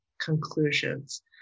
conclusions